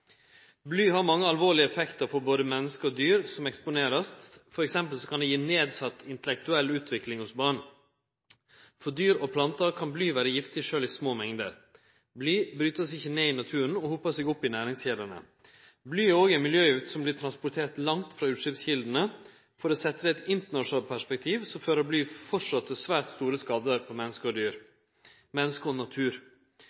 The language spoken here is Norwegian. Bly har mange alvorlege effektar for både menneske og dyr som vert eksponerte, f.eks. kan det gi nedsett intellektuell utvikling hos barn. For dyr og plantar kan bly vere giftig sjølv i små mengder. Bly brytst ikkje ned i naturen og hopar seg opp i næringskjedene. Bly er òg ei miljøgift som vert transportert langt frå utsleppskjeldene. For å setje det i eit internasjonalt perspektiv fører bly framleis til svært store skader på menneske og